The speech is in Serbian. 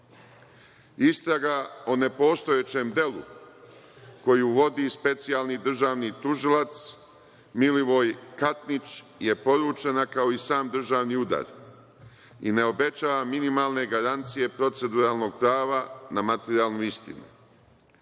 Gori. Istraga o nepostojećem delu, koju vodi specijalni državni tužilac Milivoj Katnić je poručena kao i sam državni udar i ne obećava minimalne garancije proceduralnog prava na materijalnu istinu.